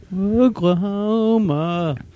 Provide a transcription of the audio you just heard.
Oklahoma